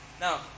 Now